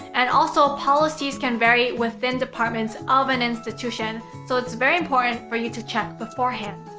and also, policies can vary within departments of an institution. so, it's very important for you to check beforehand.